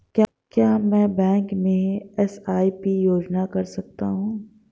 क्या मैं बैंक में एस.आई.पी योजना कर सकता हूँ?